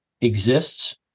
exists